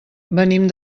venim